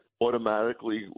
automatically